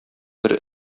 бер